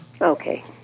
Okay